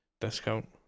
discount